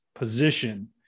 position